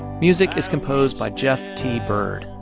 music is composed by jeff t. byrd.